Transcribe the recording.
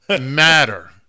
matter